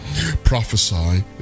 prophesy